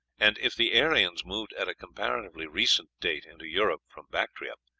and if the aryans moved at a comparatively recent date into europe from bactria,